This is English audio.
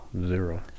Zero